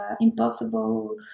impossible